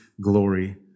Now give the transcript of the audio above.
glory